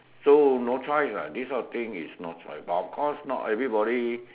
so no choice what this kind of thing is no choice what but of course not everybody